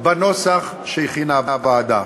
בנוסח שהכינה הוועדה.